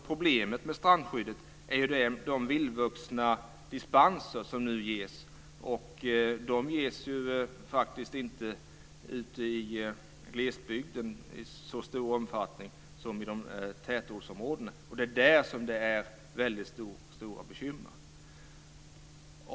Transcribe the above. Problemet med strandskyddet är ju de vildvuxna dispenser som nu ges. De ges ju faktiskt inte ute i glesbygden i så stor omfattning som i tätortsområdena. Det är där som det finns väldigt stora bekymmer.